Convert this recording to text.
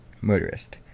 motorist